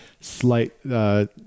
slight